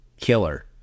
killer